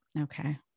Okay